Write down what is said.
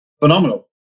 Phenomenal